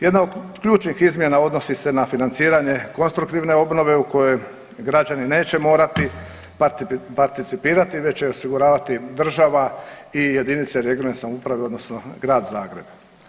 Jedna od ključnih izmjena odnosi se na financiranje konstruktivne obnove u kojoj građani neće morati participirati već će osiguravati država i jedinice regionalne samouprave, odnosno Grad Zagreb.